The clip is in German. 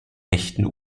echten